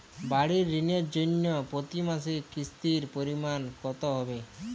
বাড়ীর ঋণের জন্য প্রতি মাসের কিস্তির পরিমাণ কত হবে?